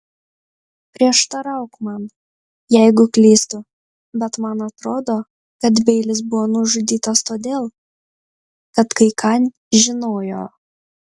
prieštarauk man jeigu klystu bet man atrodo kad beilis buvo nužudytas todėl kad kai ką žinojo